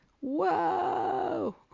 Whoa